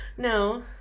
No